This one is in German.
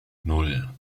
nan